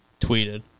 Tweeted